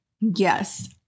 Yes